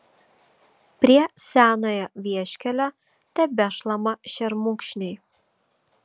prie senojo vieškelio tebešlama šermukšniai